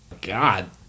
god